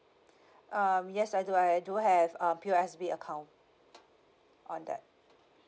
um yes I do I do have uh P_O_S_B account all that